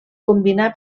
combinà